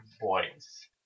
boys